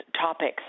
topics